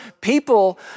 People